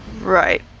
Right